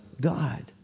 God